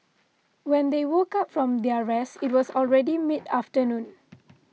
when they woke up from their rest it was already mid afternoon